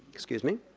excuse me?